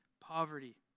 poverty